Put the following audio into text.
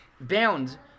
bound